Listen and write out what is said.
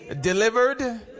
delivered